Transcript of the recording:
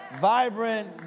vibrant